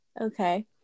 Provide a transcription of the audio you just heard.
okay